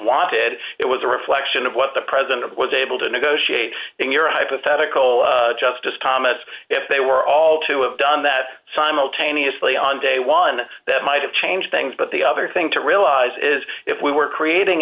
wanted it was a reflection of what the president was able to negotiate in your hypothetical justice thomas if they were all to have done that simultaneously on day one that might have changed things but the other thing to realize is if we were creating